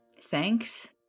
Thanks